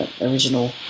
original